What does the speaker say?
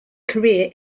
career